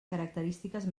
característiques